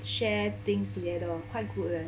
share things together quite good leh